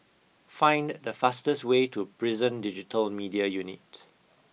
find the fastest way to Prison Digital Media Unit